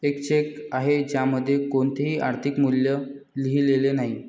एक चेक आहे ज्यामध्ये कोणतेही आर्थिक मूल्य लिहिलेले नाही